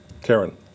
Karen